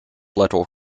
letter